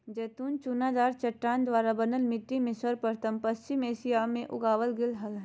जैतून चुनादार चट्टान द्वारा बनल मिट्टी में सर्वप्रथम पश्चिम एशिया मे उगावल गेल हल